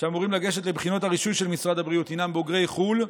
שאמורים לגשת לבחינת הרישוי של משרד הבריאות הינם בוגרי חו"ל.